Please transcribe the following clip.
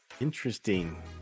Interesting